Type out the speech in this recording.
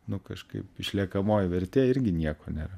nu kažkaip išliekamoji vertė irgi nieko nėra